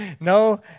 No